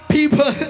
People